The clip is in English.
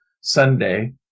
Sunday